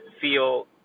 feel